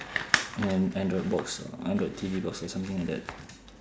an android box or android T_V box or something like that